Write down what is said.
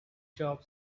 job